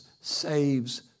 saves